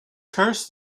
curse